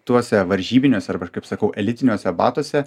tuose varžybiniuose arba aš kaip sakau elitiniuose batuose